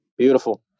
beautiful